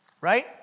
right